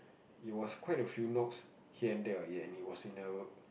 it was quite a few knocks here and ya it was in a